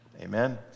Amen